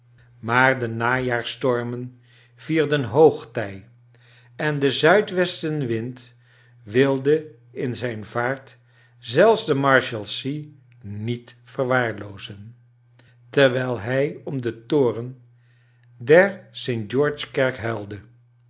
maar de najaarsstormen vierden hoogtij en de zuidwestenwind wilde in zijn vaart zelfs de marshaisea niet verwaarloozen terwijl hij om den toren der st g eorge kerk huilde